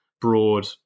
broad